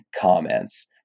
comments